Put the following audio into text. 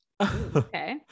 Okay